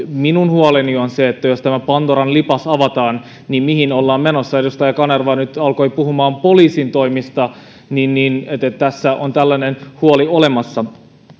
minun huoleni on se että jos tämä pandoran lipas avataan niin mihin ollaan menossa edustaja kanerva nyt alkoi puhumaan poliisin toimista että tässä on tällainen huoli olemassa